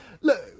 look